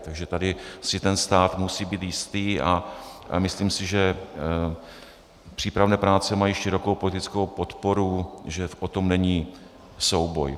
Takže tady si stát musí být jistý a myslím si, že přípravné práce mají širokou politickou podporu, že o tom není souboj.